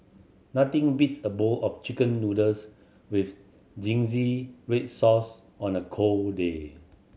nothing beats a bowl of Chicken Noodles with red sauce on a cold day